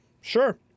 sure